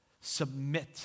submit